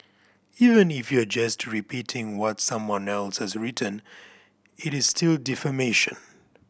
even if you are just repeating what someone else has written it is still defamation